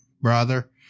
brother